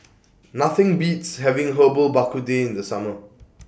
Nothing Beats having Herbal Bak Ku Teh in The Summer